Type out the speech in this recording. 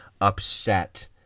upset